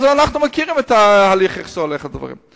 אז אנחנו מכירים איך הדברים הולכים.